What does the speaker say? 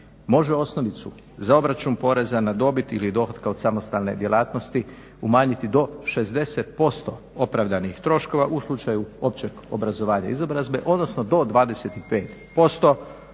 može osnovicu za obračun poreza na dobit ili dohotka od samostalne djelatnosti umanjiti do 60% opravdanih troškova u slučaju opće obrazovanja i izobrazbe, odnosno do 25%